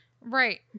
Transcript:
right